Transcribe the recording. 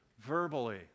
verbally